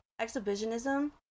exhibitionism